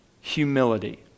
humility